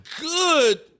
good